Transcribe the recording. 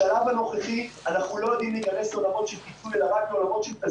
השאלה שלי נוגעת באופן ממוקד לשני